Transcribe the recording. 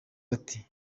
ati